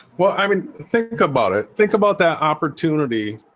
well, i mean think about it. think about that opportunity.